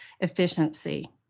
efficiency